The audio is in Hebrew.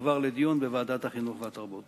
שתועבר לדיון בוועדת החינוך והתרבות.